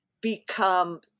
become